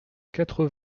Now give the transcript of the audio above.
quatre